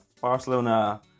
Barcelona